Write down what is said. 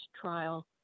trial